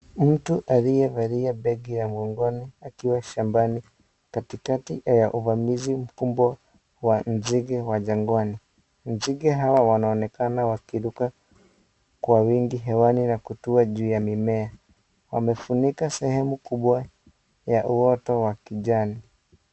Mtu aliyevalia begi ya mgongoni akiwa shambani kati kati ya uvamizi mkubwa wa nzige wa jangwani. Nzige hawa wanaonekana wakiruka kwa wingi hewani na kutua juu ya mimea. Wamefunika sehemu kubwa ya usoto ya kijani.